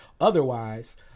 otherwise